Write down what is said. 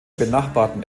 benachbarten